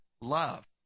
love